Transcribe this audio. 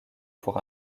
pour